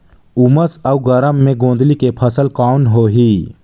उमस अउ गरम मे गोंदली के फसल कौन होही?